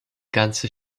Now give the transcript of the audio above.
ganze